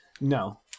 No